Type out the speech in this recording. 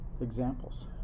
examples